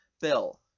bill